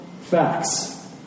facts